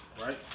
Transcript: right